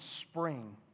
spring